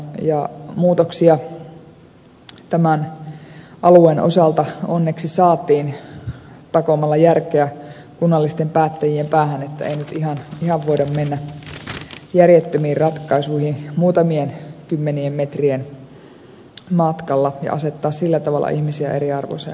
muutoksia tämän alueen osalta onneksi saatiin takomalla järkeä kunnallisten päättäjien päähän että ei nyt ihan voida mennä järjettömiin ratkaisuihin muutamien kymmenien metrien matkalla ja asettaa sillä tavalla ihmisiä eriarvoiseen asemaan